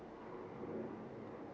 mm